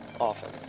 often